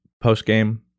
post-game